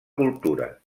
cultura